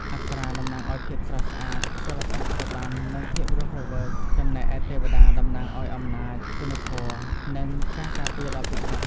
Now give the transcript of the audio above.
អប្សរាតំណាងឱ្យភាពស្រស់ស្អាត សិល្បៈរបាំ និងភាពរស់រវើក ចំណែកឯទេវតាតំណាងឱ្យអំណាច គុណធម៌ និងការការពារដ៏ពិសិដ្ឋ។